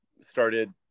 started